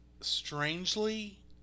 Strangely